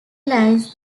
lines